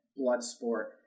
Bloodsport